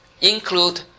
include